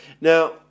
now